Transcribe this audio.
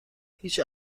هیچ